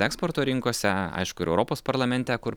eksporto rinkose aišku ir europos parlamente kur